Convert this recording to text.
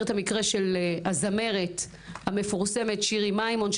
את המקרה של הזמרת המפורסמת שירי מימון,